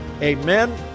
Amen